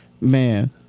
man